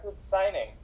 signing